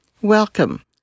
Welcome